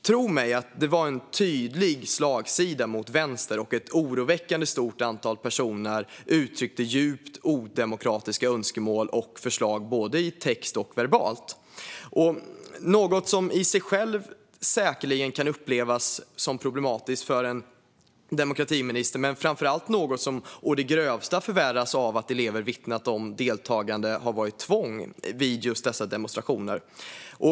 Tro mig, det var en tydlig slagsida åt vänster, och ett oroväckande stort antal personer uttryckte djupt odemokratiska önskemål och förslag både i text och verbalt - något som säkerligen kan upplevas som problematiskt i sig för en demokratiminister men framför allt något som å det grövsta förvärras av att elever vittnat om att deltagande varit tvång vid just dessa demonstrationer.